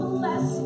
bless